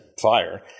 fire